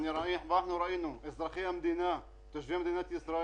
אנחנו ראינו, אזרחי המדינה, תושבי מדינת ישראל,